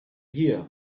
here